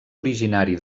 originari